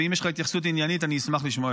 ואם יש לך התייחסות עניינית אני אשמח לשמוע,